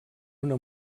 una